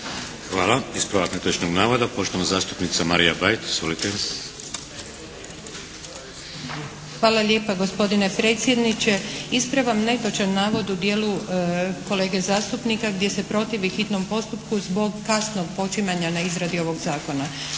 Ispravljam netočan navod u dijelu kolege zastupnika gdje se protivi hitnom postupku zbog kasnog počimanja na izradi ovog zakona.